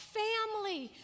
family